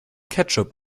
ketchup